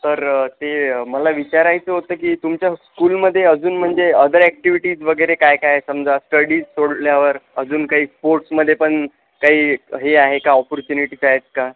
तर ते मला विचारायचं होतं की तुमच्या स्कूलमध्ये अजून म्हणजे अदर ॲक्टिविटीज वगैरे काय काय समजा स्टडी सोडल्यावर अजून काही स्पोर्टमध्ये पण काही हे आहे का ऑपॉर्च्युनिटीज आहेत का